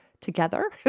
together